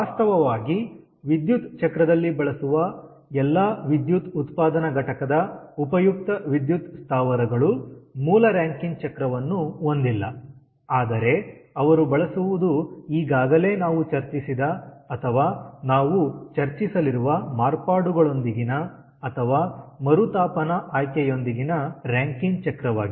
ವಾಸ್ತವವಾಗಿ ವಿದ್ಯುತ್ ಚಕ್ರದಲ್ಲಿ ಬಳಸುವ ಎಲ್ಲಾ ವಿದ್ಯುತ್ ಉತ್ಪಾದನಾ ಘಟಕದ ಉಪಯುಕ್ತ ವಿದ್ಯುತ್ ಸ್ಥಾವರಗಳು ಮೂಲ ರಾಂಕಿನ್ ಚಕ್ರವನ್ನು ಹೊಂದಿಲ್ಲ ಆದರೆ ಅವರು ಬಳಸುವುದು ಈಗಾಗಲೇ ನಾವು ಚರ್ಚಿಸಿದ ಅಥವಾ ನಾವು ಚರ್ಚಿಸಲಿರುವ ಮಾರ್ಪಾಡುಗಳೊಂದಿಗಿನ ಅಥವಾ ಮರುತಾಪನ ಆಯ್ಕೆಯೊಂದಿಗಿನ ರಾಂಕಿನ್ ಚಕ್ರವಾಗಿದೆ